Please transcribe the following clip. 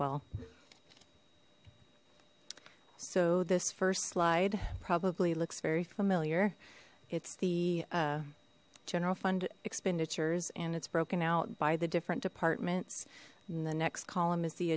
well so this first slide probably looks very familiar it's the general fund expenditures and it's broken out by the different departments in the next column is the